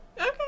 okay